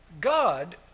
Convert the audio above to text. God